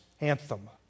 anthem